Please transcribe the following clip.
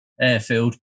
airfield